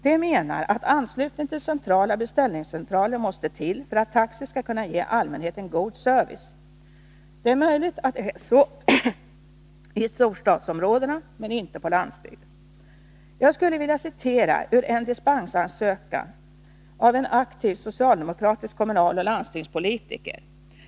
De menar att anslutning till centrala beställningscentraler måste till för att taxi skall kunna ge allmänheten god service. Det är möjligt att det är så i storstadsområdena, men inte på landsbygden. Jag skulle vilja citera ur en dispensansökning, skriven av en aktiv socialdemokratisk kommunaloch landstingspolitiker.